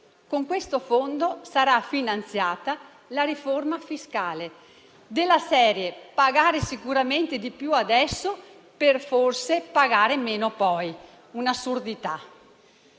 Con questo fondo sarà finanziata la riforma fiscale. Della serie: pagare sicuramente di più adesso per forse pagare meno poi. Un'assurdità.